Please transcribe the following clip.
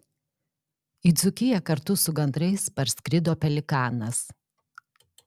į dzūkiją kartu su gandrais parskrido pelikanas